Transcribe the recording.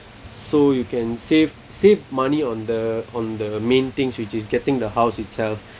so you can save save money on the on the main things which is getting the house itself